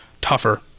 tougher